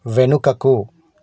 వెనుకకు